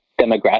demographic